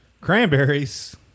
cranberries